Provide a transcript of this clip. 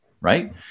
right